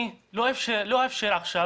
אני לא אאפשר עכשיו,